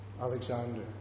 Alexander